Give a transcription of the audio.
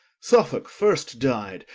suffolke first dyed,